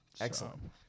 Excellent